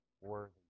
worthy